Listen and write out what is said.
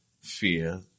fear